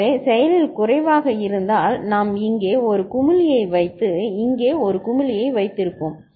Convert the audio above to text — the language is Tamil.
எனவே செயலில் குறைவாக இருந்தால் நாம் இங்கே ஒரு குமிழியை வைத்து இங்கே ஒரு குமிழியை வைத்திருப்போம்